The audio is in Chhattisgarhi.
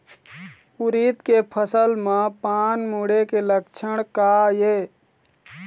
उरीद के फसल म पान मुड़े के लक्षण का ये?